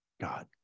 God